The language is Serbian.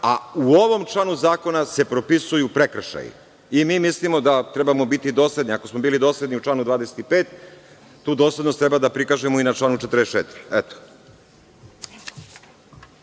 a u ovom članu zakona se propisuju prekršaji i mi mislimo da trebamo biti dosledni. Ako smo bili dosledni u članu 45, tu doslednost treba da prikažemo i na članu 44.